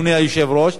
אדוני היושב-ראש,